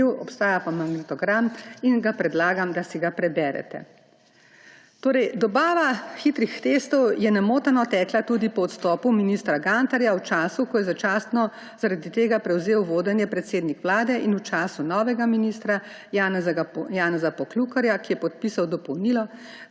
Obstaja pa magnetogram in predlagam, da si ga preberete. Dobava hitrih testov je nemoteno tekla tudi po odstopu ministra Gantarja, v času, ko je začasno vodenje prevzel predsednik Vlade in v času novega ministra Janeza Poklukarja, ki je podpisal dodatne